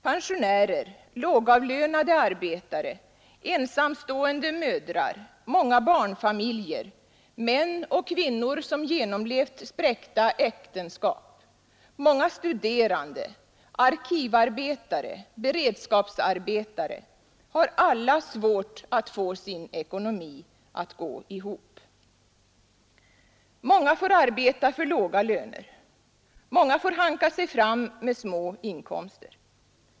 Pensionärer, lågavlönade arbetare, ensamstående mödrar, många barnfamiljer, män och kvinnor som genomlevt spräckta äktenskap, många studerande, arkivarbetare och beredskapsarbetare har alla svårt att få sin ekonomi att gå ihop. Många får arbeta för låga löner. Många får hanka sig fram med små inkomster.